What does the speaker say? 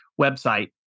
website